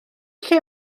lle